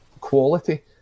quality